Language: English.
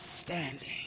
Standing